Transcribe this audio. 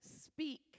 Speak